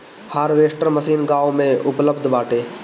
harvester machine गाँव में उपलब्ध बाटे